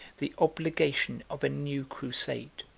the obligation of a new crusade.